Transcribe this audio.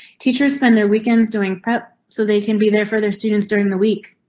teachers spend their weekends doing prep so they can be there for their students during the week.